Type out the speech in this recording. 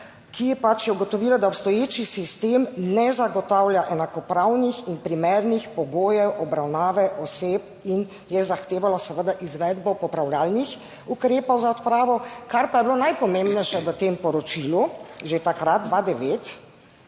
ki je ugotovilo, da obstoječi sistem ne zagotavlja enakopravnih in primernih pogojev obravnave oseb, in je zahtevalo izvedbo popravljalnih ukrepov za odpravo. Kar pa je bilo najpomembnejše v tem poročilu že takrat,